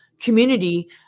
community